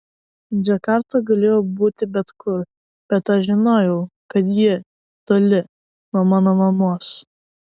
džakarta galėjo būti bet kur bet aš žinojau kad ji toli nuo mano mamos